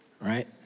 right